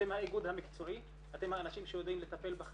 אתם האיגוד המקצועי, אתם האנשים שיודעים לטפל.